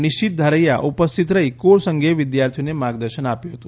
નિશિથ ધારૈયા ઉપસ્થિત રહી કોર્ષ અંગે વિદ્યાર્થીઓને માર્ગદર્શન આપ્યું હતું